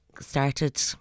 started